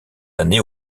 années